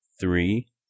Three